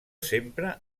sempre